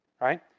right